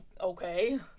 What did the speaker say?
Okay